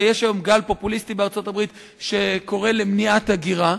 יש היום גל פופוליסטי בארצות-הברית שקורא למניעת הגירה,